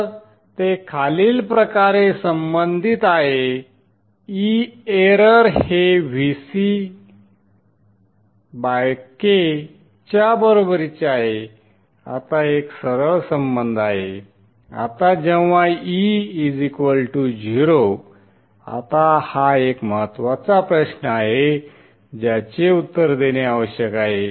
तर ते खालील प्रकारे संबंधित आहेत e एरर हे Vck च्या बरोबरीचे आहे आता एक सरळ संबंध आहे आता जेव्हा e 0 आता हा एक महत्त्वाचा प्रश्न आहे ज्याचे उत्तर देणे आवश्यक आहे